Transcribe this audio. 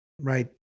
right